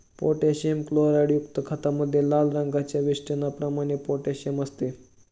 potassium क्लोराईडयुक्त खतामध्ये लाल रंगाच्या वेष्टनाप्रमाणे पोटॅशियम असते